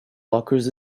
blockers